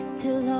till